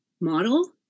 model